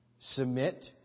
Submit